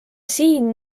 siin